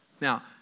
Now